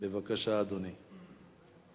בבקשה, אדוני.